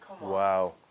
Wow